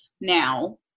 now